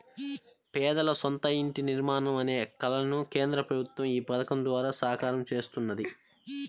పేదల సొంత ఇంటి నిర్మాణం అనే కలను కేంద్ర ప్రభుత్వం ఈ పథకం ద్వారా సాకారం చేస్తున్నది